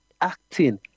acting